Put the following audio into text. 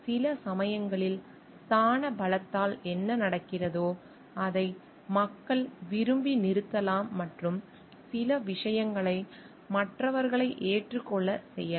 சில சமயங்களில் ஸ்தான பலத்தால் என்ன நடக்கிறதோ அதை மக்கள் விரும்பி நிறுத்தலாம் மற்றும் சில விஷயங்களை மற்றவர்களை ஏற்றுக்கொள்ளச் செய்யலாம்